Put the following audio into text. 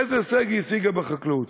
איזה הישג היא השיגה בחקלאות?